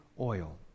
oil